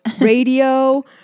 radio